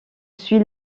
suis